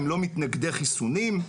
הם לא מתנגדי חיסונים,